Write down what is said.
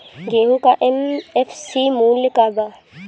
गेहू का एम.एफ.सी मूल्य का बा?